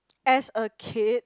as a kid